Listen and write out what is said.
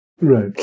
Right